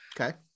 Okay